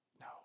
No